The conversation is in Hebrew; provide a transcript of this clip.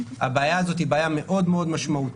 הבעיה הזאת היא בעיה מאוד מאוד משמעותית,